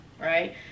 right